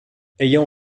ayant